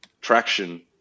traction